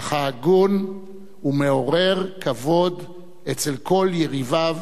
אך הגון ומעורר כבוד אצל כל יריביו,